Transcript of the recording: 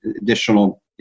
additional